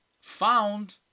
found